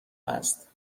است